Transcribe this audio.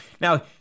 Now